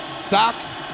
Sox